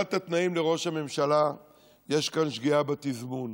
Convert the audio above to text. שבשאלת התנאים לראש הממשלה יש כאן שגיאה בתזמון.